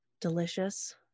Delicious